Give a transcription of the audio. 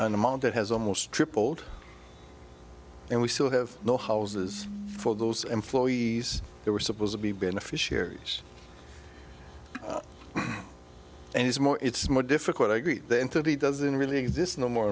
an amount that has almost tripled and we still have no houses for those employees they were supposed to be beneficiaries and it's more it's more difficult i greet them to be doesn't really exist no more